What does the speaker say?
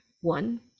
one